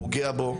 פוגע בו.